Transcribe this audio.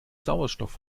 sauerstoff